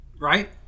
right